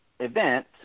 event